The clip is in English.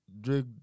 Drake